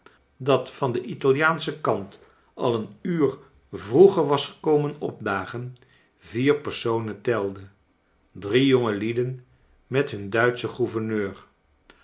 dat van den itaiiaanschen kant al een uur vroeger was komen opdagen vier personen telde drie jongelieden met nun duitschen gouverneur